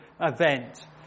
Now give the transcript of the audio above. event